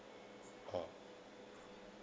oh